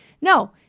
no